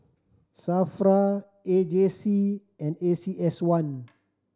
SAFRA A J C and A C S one